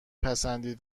پسندین